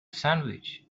sandwich